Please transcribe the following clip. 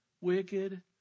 wicked